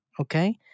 Okay